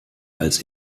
als